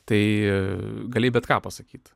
tai galėjai bet ką pasakyt